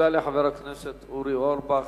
תודה לחבר הכנסת אורי אורבך.